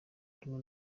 rumwe